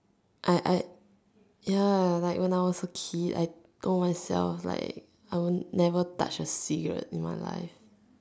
I I ya like when I was a kid I told myself like I won't never touch a cigarette in my life